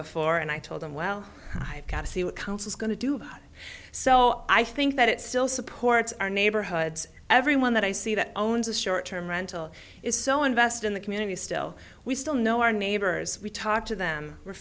before and i told them well i've got to see what councils going to do so i think that it still supports our neighborhoods everyone that i see that owns a short term rental is so invested in the community still we still know our neighbors we talk to them we're